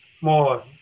more